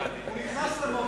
הוא נכנס למבוא.